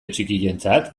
txikientzat